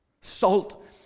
Salt